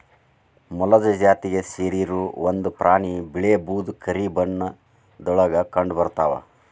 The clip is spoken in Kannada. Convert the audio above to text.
ಮೊಲದ ಜಾತಿಗೆ ಸೇರಿರು ಒಂದ ಪ್ರಾಣಿ ಬಿಳೇ ಬೂದು ಕರಿ ಬಣ್ಣದೊಳಗ ಕಂಡಬರತಾವ